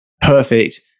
perfect